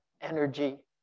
energy